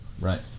right